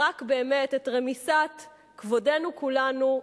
רק באמת את רמיסת כבודנו כולנו,